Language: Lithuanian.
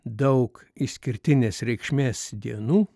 daug išskirtinės reikšmės dienų